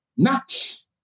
Nuts